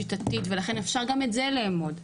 שיטתית ולכן אפשר גם את זה לאמוד.